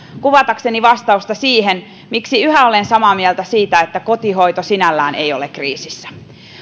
kuvaamalla vastausta siihen miksi yhä olen samaa mieltä siitä että kotihoito sinällään ei ole kriisissä